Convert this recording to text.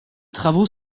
travaux